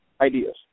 ideas